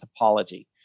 topology